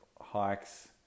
hikes